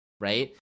right